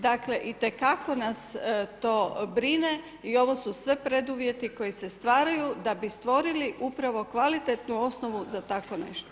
Dakle, itekako nas to brine i ovo su sve preduvjeti koji se stvaraju da bi stvorili upravo kvalitetnu osnovu za tako nešto.